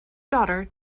daughter